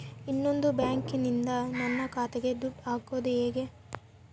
ಇನ್ನೊಂದು ಬ್ಯಾಂಕಿನಿಂದ ನನ್ನ ಖಾತೆಗೆ ದುಡ್ಡು ಹಾಕೋದು ಹೇಗೆ?